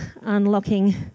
unlocking